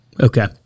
Okay